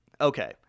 okay